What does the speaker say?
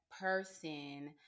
person